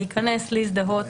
להיכנס ולהזדהות,